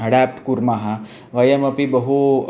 adapt कुर्मः वयमपि बहु